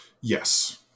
Yes